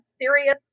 serious